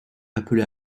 appelé